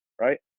Right